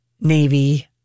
Navy